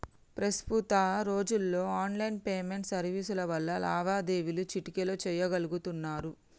ప్రస్తుత రోజుల్లో online payment సర్వీసుల వల్ల లావాదేవీలు చిటికెలో చెయ్యగలుతున్నరు